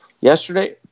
yesterday